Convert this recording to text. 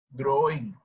growing